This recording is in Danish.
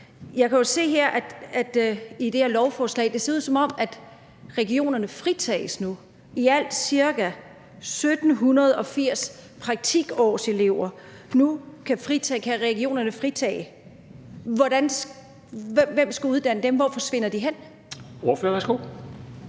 Jeg kan jo se i det her lovforslag, at det ser ud, som om regionerne fritages nu. I alt ca. 1.780 praktikårselever kan regionerne fritage. Hvem skal uddanne dem? Hvor forsvinder de hen? Kl.